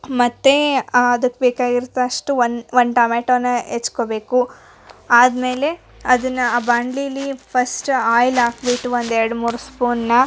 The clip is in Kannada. ಮತ್ತು ಅದಕ್ಕೆ ಬೇಕಾಗಿರ್ವಷ್ಟು ಒಂದು ಟೊಮೆಟೋನ ಹೆಚ್ಕೊಬೇಕು ಆದ ಮೇಲೆ ಅದನ್ನ ಆ ಬಾಂಡ್ಲಿಲಿ ಫರ್ಸ್ಟ್ ಆಯಿಲ್ ಹಾಕ್ಬಿಟ್ಟು ಒಂದು ಎರಡು ಮೂರು ಸ್ಪೂನ್ನ